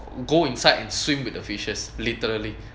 go inside and swim with the fishes literally